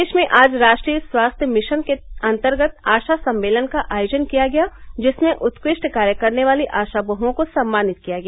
प्रदेश में आज राष्ट्रीय स्वास्थ्य मिशन के अन्तर्गत आशा सम्मेलन का आयोजन किया गया जिसमें उत्कृष्ट कार्य करने वाली आशा वह्ओं को सम्मानित किया गया